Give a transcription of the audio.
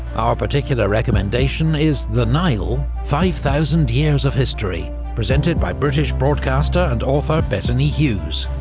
our particular recommendation is the nile five thousand years of history', presented by british broadcaster and author bettany hughes.